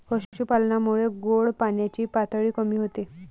पशुपालनामुळे गोड पाण्याची पातळी कमी होते